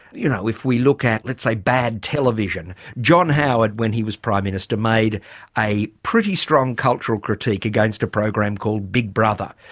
you know, if we look at, let's say, bad television john howard when he was prime minister made a pretty strong cultural critique against a program called big brother.